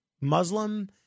Muslim